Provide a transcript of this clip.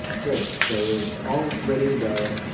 great. so we're all ready to go.